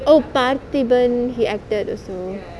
oh parthiban he acted also